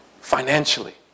Financially